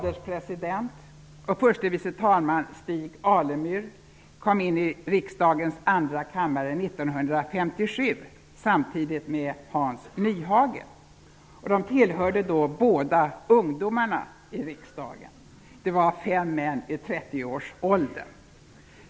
1957, samtidigt med Hans Nyhage. De tillhörde då ungdomarna i riksdagen -- män i 30-årsåldern.